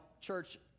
church